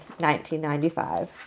1995